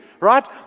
right